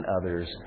others